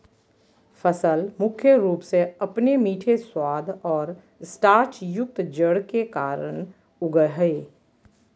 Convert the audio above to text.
फसल मुख्य रूप से अपने मीठे स्वाद और स्टार्चयुक्त जड़ के कारन उगैय हइ